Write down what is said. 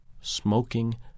Smoking